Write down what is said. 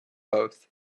both